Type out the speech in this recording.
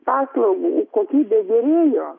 paslaugų kokybė gerėjo